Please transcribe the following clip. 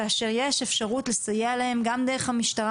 כאשר יש אפשרות לסייע להם גם דרך המשטרה